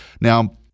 Now